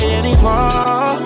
anymore